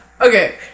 Okay